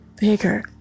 bigger